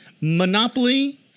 Monopoly